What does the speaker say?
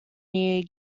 near